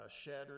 shattered